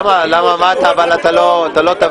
למה, אתה לא ---?